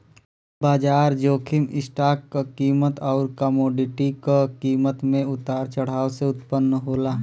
बाजार जोखिम स्टॉक क कीमत आउर कमोडिटी क कीमत में उतार चढ़ाव से उत्पन्न होला